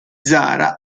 zara